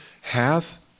hath